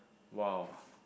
!wow!